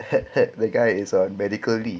the guy is on medical leave